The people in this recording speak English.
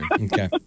Okay